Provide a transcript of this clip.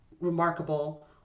remarkable